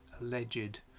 alleged